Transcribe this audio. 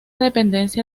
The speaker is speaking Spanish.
dependencia